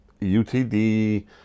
UTD